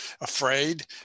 afraid